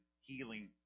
Healing